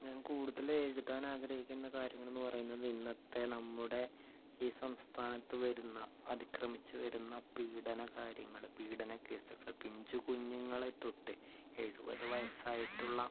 ഞാൻ കൂടുതല് എഴുതാൻ ആഗ്രഹിക്കുന്ന കാര്യങ്ങളെന്ന് പറയുന്നത് ഇന്നത്തെ നമ്മുടെ ഈ സംസ്ഥാനത്തു വരുന്ന അതിക്രമിച്ച് വരുന്ന പീഡന കാര്യങ്ങള് പീഡന കേസുകള് പിഞ്ചു കുഞ്ഞുങ്ങളെ തൊട്ട് എഴുപത് വയസായിട്ടുള്ള